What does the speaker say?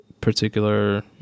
particular